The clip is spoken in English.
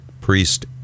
priest